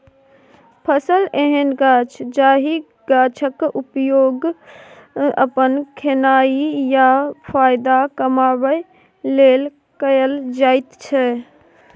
फसल एहन गाछ जाहि गाछक उपयोग अपन खेनाइ या फाएदा कमाबै लेल कएल जाइत छै